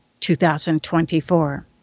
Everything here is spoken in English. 2024